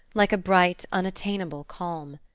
like a bright, unattainable calm.